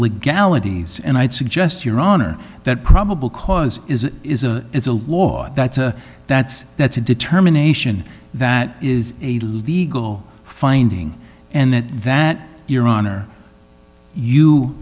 legalities and i'd suggest your honor that probable cause is it is a it's a lot that's a that's that's a determination that is a legal finding and that that your honor